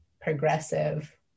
progressive